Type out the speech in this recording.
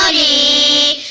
e